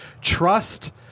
trust